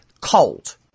cold